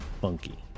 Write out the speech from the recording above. funky